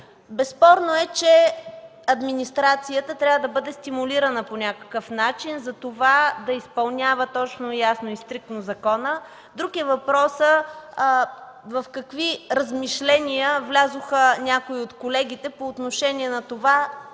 Безспорно е, че администрацията трябва да бъде стимулирана по някакъв начин да изпълнява точно, ясно и стриктно закона. Друг е въпросът в какви размишления влязоха някои от колегите по отношение на това